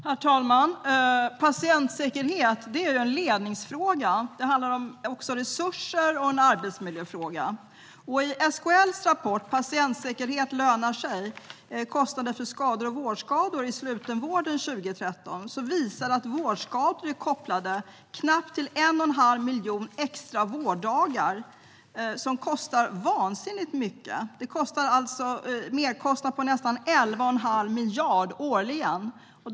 Herr talman! Patientsäkerhet är en ledningsfråga. Det är också en fråga om resurser och en arbetsmiljöfråga. SKL:s rapport Patientsäkerhet lönar sig - kostnader för skador och vårdskador i slutenvården 2013 visar att vårdskador är kopplade till knappt en och en halv miljon extra vårddagar som kostar vansinnigt mycket. Det är en merkostnad på nästan 11 1⁄2 miljard årligen.